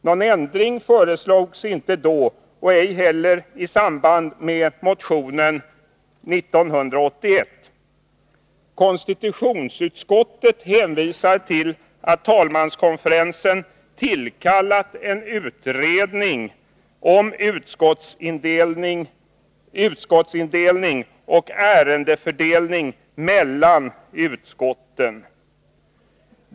Någon ändring föreslogs inte då och inte heller i samband med motionen år 1981. Konstitutionsutskottet hänvisade till att talmanskonferensen tillkallat en utredning om utskottsindelning och ärendefördelning mellan utskotten.